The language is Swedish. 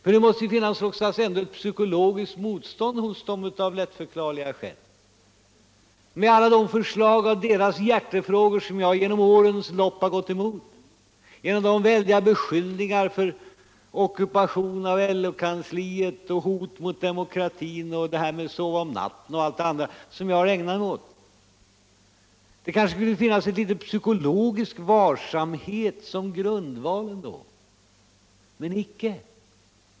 Men det mäste ändå finnas något slags psykologiskt motstånd, av kättförklarliga skil - med alla de förslag i deras hjärtesaker som jag genom årens lopp gått emot, genom de väldiga beskyllningarna för ockupationen av LO-kansliet, hotet mot demokratin och det hiär med att sova om natten och allt det andra som jag har ägnat mig åt. Det borde kanske finnas hitet psykologisk varsamhet som grundval ändå - men icke.